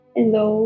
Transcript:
Hello